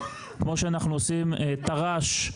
כמו שאנחנו עושים את תר"ש,